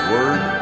Word